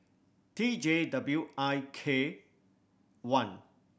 T J W I K one